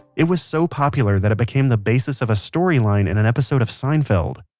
it was so popular that it became the basis of a storyline in an episode of seinfeld.